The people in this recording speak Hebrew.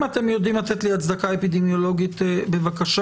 אם אתם יודעים לתת לי הצדקה אפידמיולוגית, בבקשה.